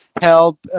help